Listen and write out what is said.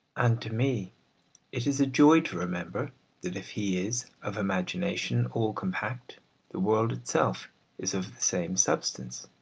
and to me it is a joy to remember that if he is of imagination all compact the world itself is of the same substance.